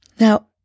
Now